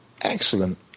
excellent